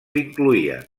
incloïen